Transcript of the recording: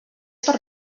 per